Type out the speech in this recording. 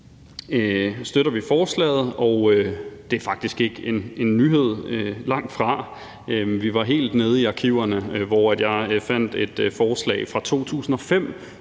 støtter vi forslaget, og det er faktisk ikke en nyhed, langtfra. Vi var helt nede i arkiverne, hvor jeg fandt et forslag fra 2005,